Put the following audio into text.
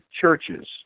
churches